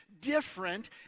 different